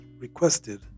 requested